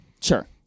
Sure